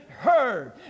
heard